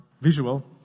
visual